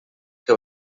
que